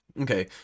Okay